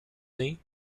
nefs